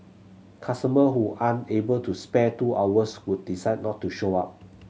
customer who aren't able to spare the two hours would decide not to show up